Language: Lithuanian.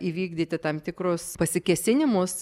įvykdyti tam tikrus pasikėsinimus